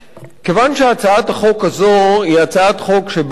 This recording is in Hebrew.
כיוון שהצעת החוק הזאת היא הצעת חוק שבאה